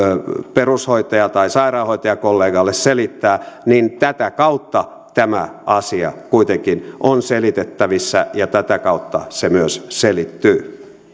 perushoitaja tai sairaanhoitajakollegalle selittää niin tätä kautta tämä asia kuitenkin on selitettävissä ja tätä kautta se myös selittyy